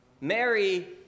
Mary